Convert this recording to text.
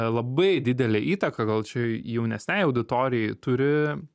labai didelę įtaką gal čia jaunesnei auditorijai turi